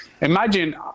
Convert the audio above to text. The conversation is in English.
Imagine